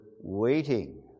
waiting